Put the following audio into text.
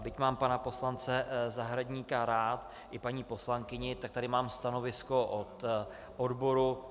Byť mám pana poslance Zahradníka rád, i paní poslankyni, tak tady mám stanovisko od odboru.